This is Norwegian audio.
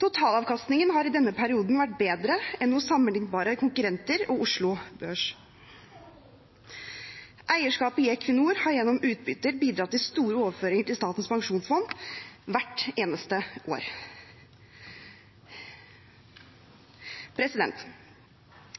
Totalavkastningen har i denne perioden vært bedre enn hos sammenliknbare konkurrenter og Oslo børs. Eierskapet i Equinor har gjennom utbytter bidratt til store overføringer til Statens pensjonsfond hvert eneste år.